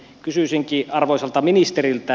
kysyisinkin arvoisalta ministeriltä